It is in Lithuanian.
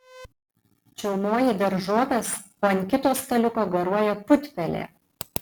čiaumoji daržoves o ant kito staliuko garuoja putpelė